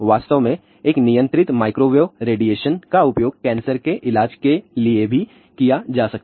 वास्तव में एक नियंत्रित माइक्रोवेव रेडिएशन का उपयोग कैंसर के इलाज के लिए भी किया जा सकता है